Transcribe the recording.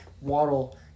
Waddle